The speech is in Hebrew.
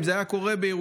אם זה היה קורה בירושלים,